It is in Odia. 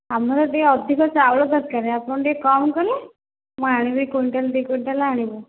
ଆମର ବି ଅଧିକ ଚାଉଳ ଦରକାରେ ଆପଣ ଟିକିଏ କମ୍ କଲେ ମୁଁ ଆଣିବି କୁଇଣ୍ଟାଲ୍ ଦୁଇ କୁଇଣ୍ଟାଲ୍ ଆଣିବି